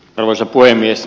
arvoisa puhemies